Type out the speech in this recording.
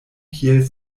kiel